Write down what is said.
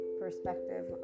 perspective